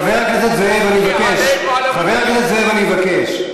חבר הכנסת זאב, אני מבקש.